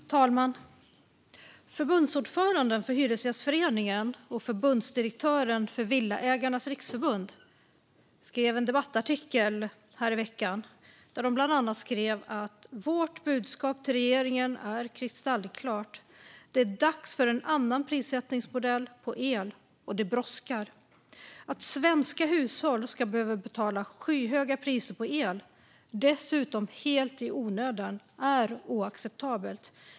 Fru talman! Förbundsordföranden för Hyresgästföreningen och förbundsdirektören för Villaägarnas Riksförbund skrev i veckan en debattartikel. Där stod bland annat: "Vårt budskap till regeringen är kristallklart. Det är dags för en annan prissättningsmodell på el. Och det brådskar. Att svenska hushåll ska behöva betala skyhöga priser på el, dessutom helt i onödan, är oacceptabelt.